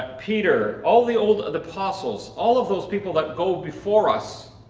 peter, all the old other apostles, all of those people that go before us,